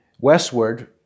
westward